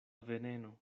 veneno